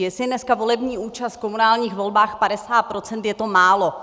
Jestli je dneska volební účast v komunálních volbách 50 %, je to málo.